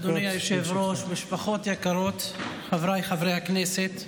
אדוני היושב-ראש, משפחות יקרות, חבריי חברי הכנסת,